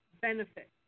benefit